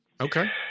Okay